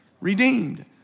Redeemed